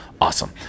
awesome